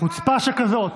חוצפה שכזאת.